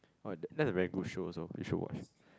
oh that's a very good show also you should watch